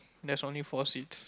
there's only four seeds